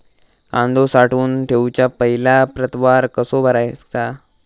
कांदो साठवून ठेवुच्या पहिला प्रतवार कसो करायचा?